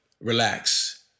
relax